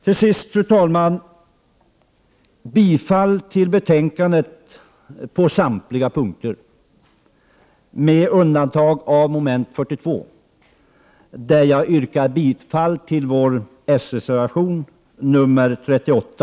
Till sist, fru talman, yrkar jag bifall till utskottets hemställan på alla punkter, med undantag för moment 42, där jag yrkar bifall till s-reservationen, nr 38.